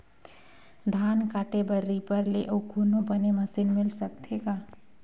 धान काटे बर रीपर ले अउ कोनो बने मशीन मिल सकथे का?